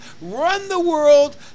run-the-world